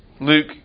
Luke